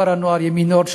בכפר-הנוער "ימין אורד",